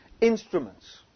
instruments